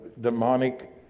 demonic